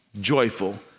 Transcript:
joyful